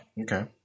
Okay